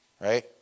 right